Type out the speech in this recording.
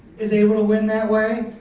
is able to win that way,